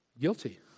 Guilty